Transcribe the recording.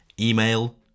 Email